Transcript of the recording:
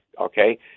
okay